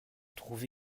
trouve